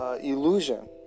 illusion